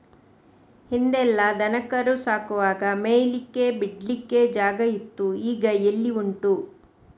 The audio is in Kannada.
ಹಿಂದೆಲ್ಲ ದನ ಕರು ಸಾಕುವಾಗ ಮೇಯ್ಲಿಕ್ಕೆ ಬಿಡ್ಲಿಕ್ಕೆ ಜಾಗ ಇತ್ತು ಈಗ ಎಲ್ಲಿ ಉಂಟು